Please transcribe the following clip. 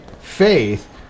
faith